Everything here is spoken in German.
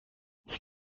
ich